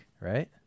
Right